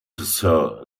sir